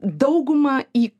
dauguma į